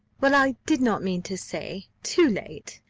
well, i did not mean to say too late,